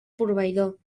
proveïdor